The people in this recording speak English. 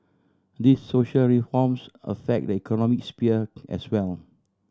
these social reforms affect the economic sphere as well